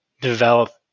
develop